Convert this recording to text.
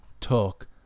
Talk